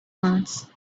mars